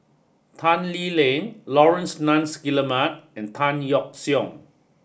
Tan Lee Leng Laurence Nunns Guillemard and Tan Yeok Seong